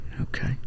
Okay